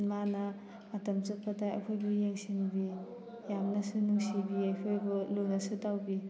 ꯃꯥꯅ ꯃꯇꯝ ꯆꯨꯞꯄꯗ ꯑꯩꯈꯣꯏꯕꯨ ꯌꯦꯡꯁꯤꯟꯕꯤ ꯌꯥꯝꯅꯁꯨ ꯅꯨꯡꯁꯤꯕꯤ ꯑꯩꯈꯣꯏꯕꯨ ꯂꯨꯅꯁꯨ ꯇꯧꯕꯤ